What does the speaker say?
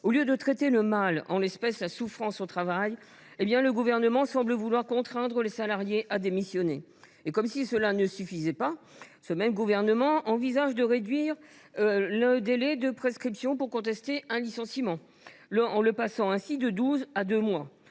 Au lieu de traiter le mal, en l’espèce la souffrance au travail, le Gouvernement semble vouloir contraindre les salariés à démissionner. Et comme si cela ne suffisait pas, il envisage de réduire le délai de prescription pour contester un licenciement, afin de le ramener de douze à deux mois,